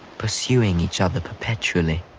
pursuing each other perpetually.